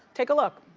take a look.